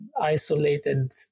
isolated